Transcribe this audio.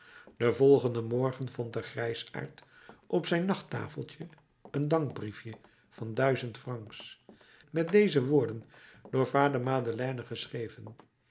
den volgenden morgen vond de grijsaard op zijn nachttafeltje een bankbriefje van duizend francs met deze woorden door vader madeleine geschreven